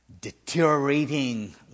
deteriorating